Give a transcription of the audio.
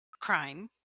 crime